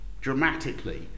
dramatically